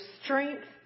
strength